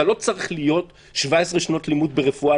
אתה לא צריך להיות 17 שנות לימוד ברפואה